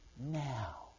now